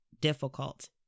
difficult